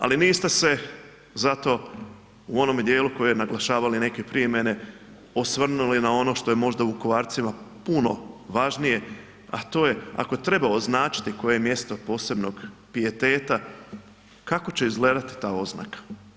Ali niste se zato u onome dijelu koje su naglašavali neki prije mene osvrnuli na ono što je možda Vukovarcima puno važnije, a to je ako treba označiti koje mjesto posebnog pijeteta kako će izgledati ta oznaka?